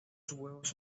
huevos